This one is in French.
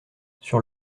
sur